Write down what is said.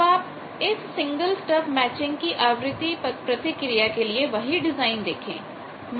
अब आपइस single stub matching की आवृत्ति प्रतिक्रिया के लिए वही डिजाइन देखें